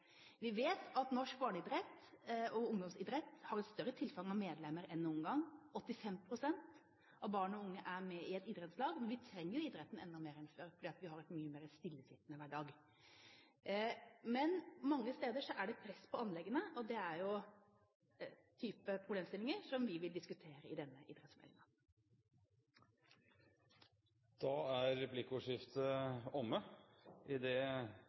Vi vet at norsk barne- og ungdomsidrett har et større tilfang av medlemmer enn noen gang. 85 pst. av barn og unge er med i et idrettslag. Vi trenger idretten enda mer enn før, fordi vi har en mye mer stillesittende hverdag. Men mange steder er det press på anleggene, og det er en type problemstillinger som vi vil diskutere i denne idrettsmeldingen. Replikkordskiftet er omme